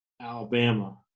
Alabama